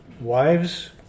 wives